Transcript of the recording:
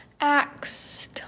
Axe